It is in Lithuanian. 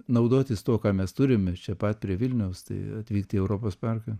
naudotis tuo ką mes turime čia pat prie vilniaus tai atvykti į europos parką